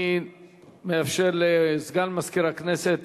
אני מאפשר לסגן מזכירת הכנסת